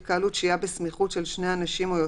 "התקהלות" שהייה בסמיכות של שני אנשים או יותר,